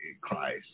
Christ